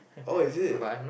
oh is it